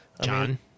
John